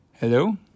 Hello